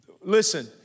Listen